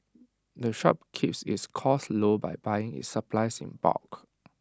the shop keeps its costs low by buying its supplies in bulk